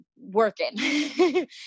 working